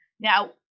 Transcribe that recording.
Now